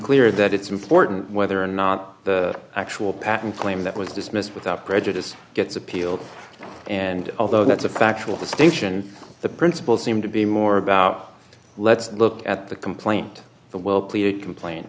clear that it's important whether or not the actual patent claim that was dismissed without prejudice gets appealed and although that's a factual distinction the principle seemed to be more about let's look at the complaint the well clear complain